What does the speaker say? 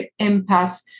Empath